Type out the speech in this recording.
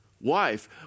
wife